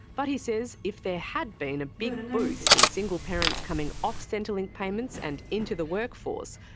but he says if there had been a big boost in single parents coming off centrelink payments and into the workforce,